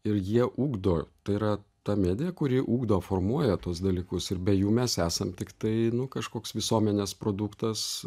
ir jie ugdo tai yra ta medija kuri ugdo formuoja tuos dalykus ir be jų mes esam tiktai nu kažkoks visuomenės produktas